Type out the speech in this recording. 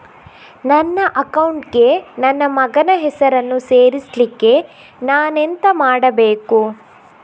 ನನ್ನ ಅಕೌಂಟ್ ಗೆ ನನ್ನ ಮಗನ ಹೆಸರನ್ನು ಸೇರಿಸ್ಲಿಕ್ಕೆ ನಾನೆಂತ ಮಾಡಬೇಕು?